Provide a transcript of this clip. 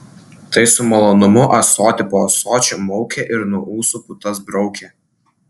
tai su malonumu ąsotį po ąsočio maukė ir nuo ūsų putas braukė